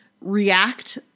react